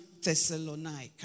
Thessalonica